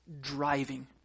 driving